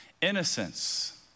Innocence